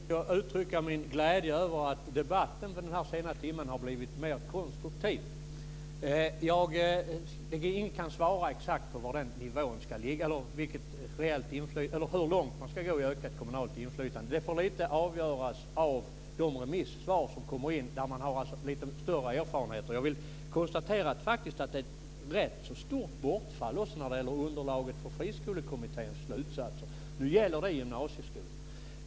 Fru talman! Först vill jag uttrycka min glädje över att debatten vid den här sena timmen har blivit mer konstruktiv. Ingen kan svara exakt på var nivån ska ligga, på hur långt man ska gå i kommunalt inflytande. Det får lite avgöras av de remissvar som kommer in, där man har lite större erfarenheter. Jag vill konstatera att det är ett rätt stort bortfall när det gäller underlaget för Friskolekommitténs slutsatser. Nu gäller det gymnasieskolan.